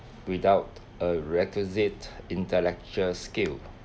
without a requisite intellectual skill